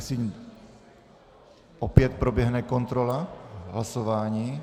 Jestli opět proběhne kontrola hlasování?